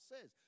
says